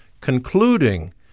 concluding